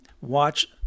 watch